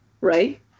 right